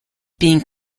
being